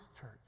church